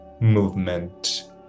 movement